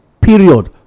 period